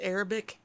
Arabic